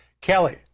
Kelly